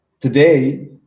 today